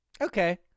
Okay